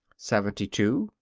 seventy two.